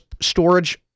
storage